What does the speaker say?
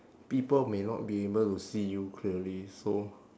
people may not be able to see you clearly so